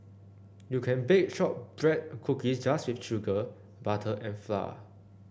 you can bake shortbread cookies just with sugar butter and flour